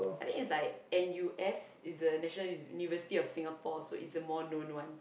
I think it's like N_U_S it's the national university of Singapore so it's the more known one